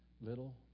little